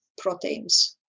proteins